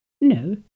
No